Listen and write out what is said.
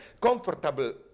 comfortable